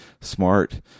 smart